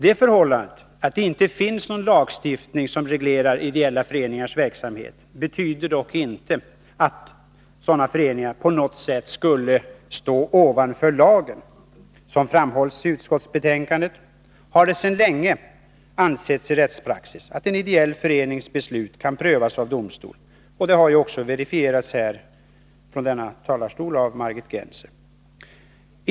Det förhållandet att det inte finns någon lagstiftning som reglerar ideella föreningars verksamhet betyder dock inte att sådana föreningar på något sätt skulle stå ”ovanför lagen”. Som framhållits i utskottsbetänkandet har det : sedan länge ansetts i rättspraxis att en ideell förenings beslut kan prövas av domstol. Det har också verifierats från denna talarstol av Margit Gennser.